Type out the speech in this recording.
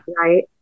right